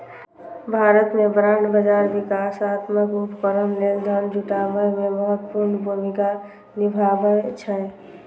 भारत मे बांड बाजार विकासात्मक उपक्रम लेल धन जुटाबै मे महत्वपूर्ण भूमिका निभाबै छै